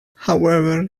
however